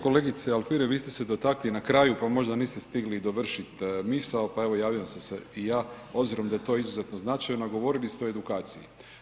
Kolegice Alfirev vi ste se dotakli na kraju pa možda niste stigli dovršiti misao pa evo javljam se i ja obzirom da je to izuzetno značajno, govorili ste o edukaciji.